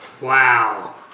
Wow